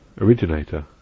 originator